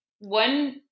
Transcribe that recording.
one